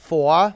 Four